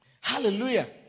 Hallelujah